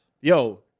Yo